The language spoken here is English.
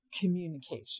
communication